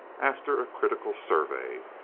after a critical survey.